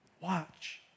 Watch